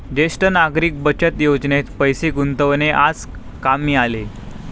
ज्येष्ठ नागरिक बचत योजनेत पैसे गुंतवणे आज कामी आले